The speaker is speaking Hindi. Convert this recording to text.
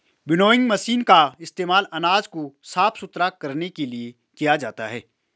विनोइंग मशीनों का इस्तेमाल अनाज को साफ सुथरा करने के लिए किया जाता है